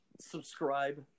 subscribe